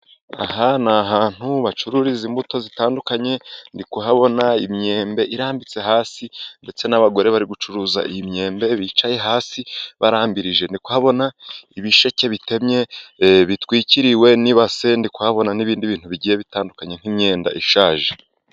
Aha ni ahantu bacururiza imbuto zitandukanye . Ndi kuhabona imyembe irambitse hasi, ndetse n'abagore bari gucuruza iyi myembe bicaye hasi barambirije. Ndi kuhabona ibisheke bitemye bitwikiriwe n'ibase, ndi kuhabona n'ibindi bintu bigiye bitandukanye nk'imyenda ishaje.